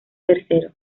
tercero